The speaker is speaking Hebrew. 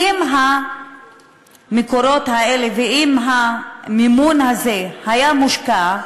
אם המקורות האלה, אם המימון הזה היה מושקע,